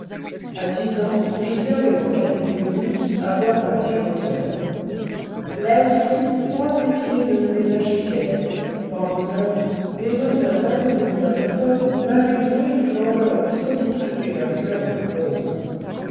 a dix ans je servais en qualité de mousse à bord d'un caboteur là aussi poings et pieds ne me ménageaient guère par bonheur les auteurs inconnus de ma personne m'avaient doué d'une enveloppe solide et d'un coeur de bronze